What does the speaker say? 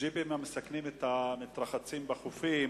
ג'יפים המסכנים את המתרחצים בחופים,